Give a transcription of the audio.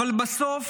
אבל בסוף,